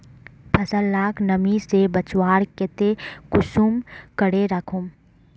फसल लाक नमी से बचवार केते कुंसम करे राखुम?